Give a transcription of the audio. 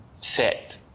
set